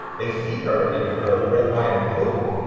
they see her in her red, white and blue,